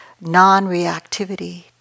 non-reactivity